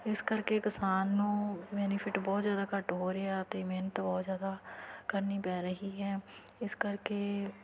ਇਸ ਕਰਕੇ ਕਿਸਾਨ ਨੂੰ ਬੈਨੀਫਿਟ ਬਹੁਤ ਜ਼ਿਆਦਾ ਘੱਟ ਹੋ ਰਿਹਾ ਅਤੇ ਮਿਹਨਤ ਬਹੁਤ ਜ਼ਿਆਦਾ ਕਰਨੀ ਪੈ ਰਹੀ ਹੈ ਇਸ ਕਰਕੇ